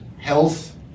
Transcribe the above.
health